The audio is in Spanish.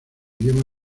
idioma